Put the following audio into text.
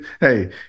hey